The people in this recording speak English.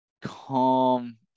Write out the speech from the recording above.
calm